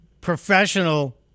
professional